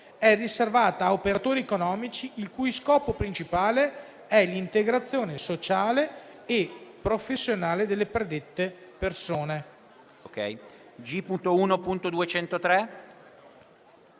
è riservata a operatori economici il cui scopo principale è l'integrazione sociale e professionale delle predette persone».